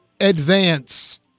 advance